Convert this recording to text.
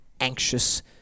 anxious